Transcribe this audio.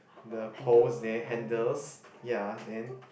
the poles their handles ya then